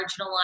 marginalized